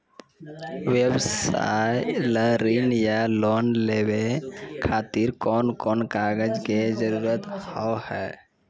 व्यवसाय ला ऋण या लोन लेवे खातिर कौन कौन कागज के जरूरत हाव हाय?